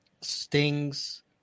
Sting's